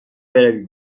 بروی